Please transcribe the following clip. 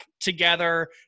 together